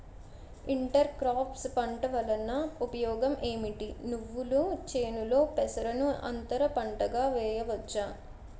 Inter crops పంట వలన ఉపయోగం ఏమిటి? నువ్వుల చేనులో పెసరను అంతర పంటగా వేయవచ్చా?